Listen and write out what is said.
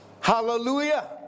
Hallelujah